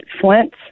Flint